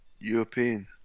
European